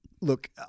look